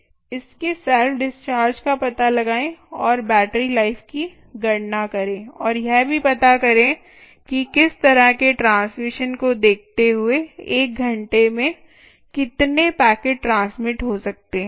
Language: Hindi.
इसके सेल्फ डिस्चार्ज का पता लगाएं और बैटरी लाइफ की गणना करें और यह भी पता करें कि इस तरह के ट्रांसमिशन को देखते हुए एक घंटे में कितने पैकेट ट्रांसमिट हो सकते हैं